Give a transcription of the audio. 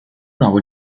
nuovo